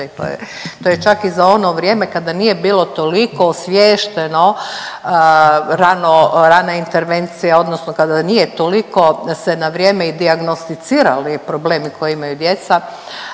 to je čak i za ono vrijeme kada nije bilo toliko osviješteno rano, rana intervencija odnosno kada nije toliko se na vrijeme i dijagnosticirali problemi koje imaju djeca